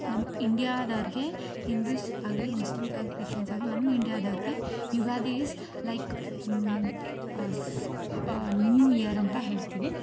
ನಮ್ಮ ಇಂಡ್ಯಾದವ್ರಿಗೆ ಹಿಂದೂಸ್ ಆಗಲಿ ಮುಸ್ಲಿಮ್ಸ್ ಆಗಲಿ ಕ್ರಿಶ್ಚಿಯನ್ಸ್ ಆಗಲಿ ನಮ್ಮ ಇಂಡ್ಯಾದವ್ರಿಗೆ Ugadi is like new year ಅಂತ ಹೇಳ್ತೀವಿ